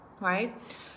right